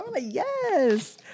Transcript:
yes